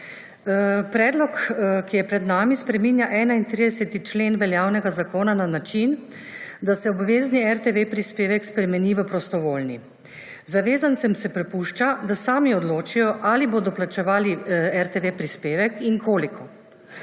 Predlog, ki je pred nami, spreminja 31. člen veljavnega zakona na način, da se obvezni RTV prispevek spremeni v prostovoljni. Zavezancem se prepušča, da sami odločijo, ali bodo plačevali RTV prispevek in koliko.